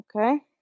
Okay